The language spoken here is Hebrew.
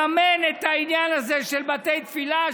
לממן את העניין הזה של בתי תפילה,